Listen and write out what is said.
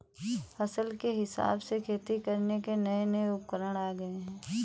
फसल के हिसाब से खेती करने के नये नये उपकरण आ गये है